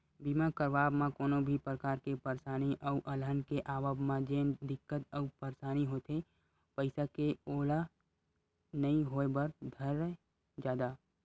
बीमा करवाब म कोनो भी परकार के परसानी अउ अलहन के आवब म जेन दिक्कत अउ परसानी होथे पइसा के ओहा नइ होय बर धरय जादा